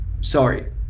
Sorry